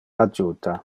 adjuta